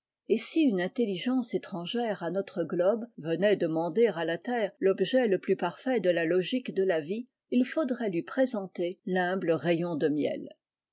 et si une intelligence étrangère à notre globe venait demander à la terre l'objet le plus parfait de la logique de la vie il faudrait lui présenter l'humble rayon de miel